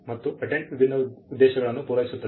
ಮತ್ತು ಪೇಟೆಂಟ್ ವಿಭಿನ್ನ ಉದ್ದೇಶಗಳನ್ನು ಪೂರೈಸುತ್ತದೆ